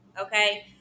okay